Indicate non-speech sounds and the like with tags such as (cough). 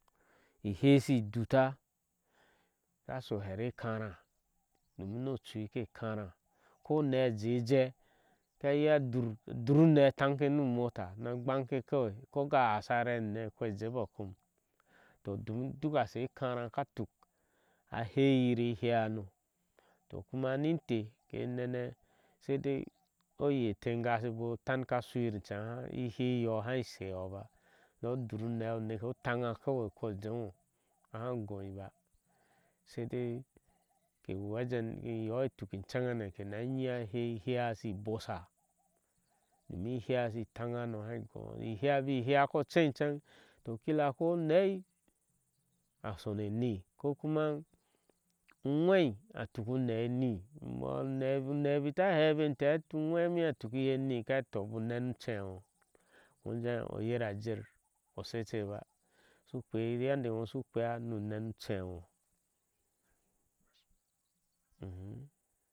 Iheea (unintelligible) shi idta ake kera ko unce a jee a jɛɛ aka iya a dur adur unee a tanke nu umota na kpanke kwa ko ka hasha are nine e ko a jeeɔɔ kom. do domin duk ashe ekara katuk a hai iyire e heea hono (unintelligible) saidai incneng o nyire e tengshe obaa bo otinka a shuyir iheea inyo ihai sheyo ba. da dur unee oneka utana uko ujehŋo aha a goii ba saidai u wejen inyoh ituk iceneŋene keyiyin a heak eheah shi bosha domin i heea shi taŋa hano i haai gonyo baa iheea bi heea ko ochei iceŋ to kilo ko uneei a shonu enii kokuma uhwe atuk unee enii unee bita hehi be mteei heti uŋwɛ mione atuk inye eni aka heti toh nbu nenu ucheŋo ngo ijeh a yire a jera shewe ba ushu kpeea yande eŋo ushu kpeea nu unenu ucenŋo. (hesitation)